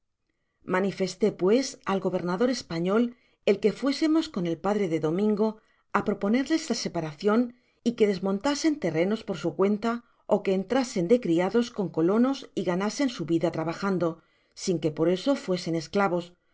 manifesté pues al gobernador español el que fuésemos con el padre de domingo á proponerles la separacion y que desmontasen terrenos por su cuenta ó que entrasen de criados con los colonos y ganasen su vida trabajando sin que por eso fuesen esclavos pues